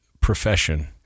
profession